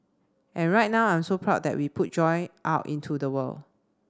and right now I'm so proud that we put joy out into the world